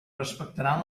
respectaran